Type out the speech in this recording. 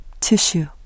tissue